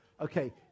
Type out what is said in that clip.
okay